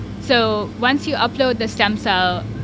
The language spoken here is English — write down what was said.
so once you upload the stem cell,